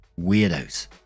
weirdos